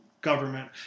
government